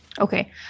Okay